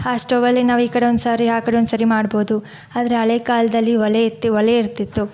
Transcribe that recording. ಆ ಸ್ಟವ್ವಲ್ಲಿ ನಾವು ಈ ಕಡೆ ಒಂದ್ಸಾರಿ ಆ ಕಡೆ ಒಂದ್ಸಾರಿ ಮಾಡ್ಬೋದು ಆದರೆ ಹಳೆಯ ಕಾಲದಲ್ಲಿ ಒಲೆ ಇತ್ತು ಒಲೆ ಇರ್ತಿತ್ತು